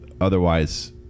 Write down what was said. Otherwise